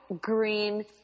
green